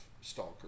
stalker